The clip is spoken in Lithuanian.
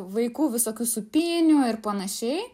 vaikų visokių sūpynių ir panašiai